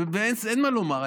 ואין מה לומר,